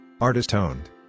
artist-owned